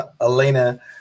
Elena